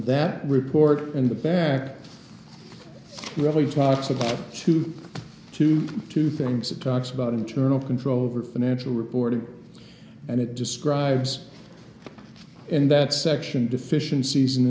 that report in the back really talks about two to two things it talks about internal control over financial reporting and it describes and that section deficiencies